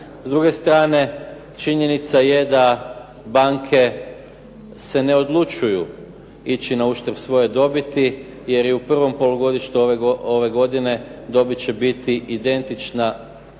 S druge strane, činjenica je da banke se ne odlučuju ići na uštrb svoje dobiti, jer je u prvom polugodištu ove godine dobit će biti identična